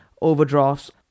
overdrafts